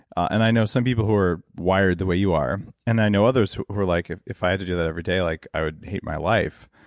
and i know some people who are wired the way you are, and i know others who who are like, if if i had to do that every day, like i would hate my life.